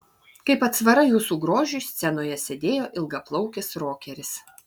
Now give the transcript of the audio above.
kaip atsvara jūsų grožiui scenoje sėdėjo ilgaplaukis rokeris